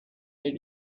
mes